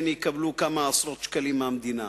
הן יקבלו כמה עשרות שקלים מהמדינה.